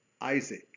Isaac